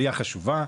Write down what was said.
עלייה חשובה.